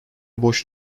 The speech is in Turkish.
boş